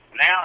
Now